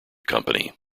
company